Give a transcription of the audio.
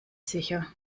sicher